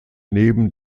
neben